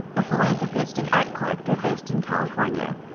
a philanthropist and art collector based in california.